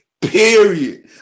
Period